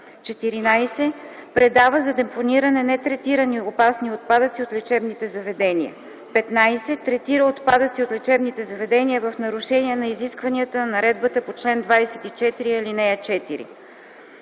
14. предава за депониране нетретирани опасни отпадъци от лечебните заведения; 15. третира отпадъци от лечебните заведения в нарушение на изискванията на наредбата по чл. 24, ал. 4.”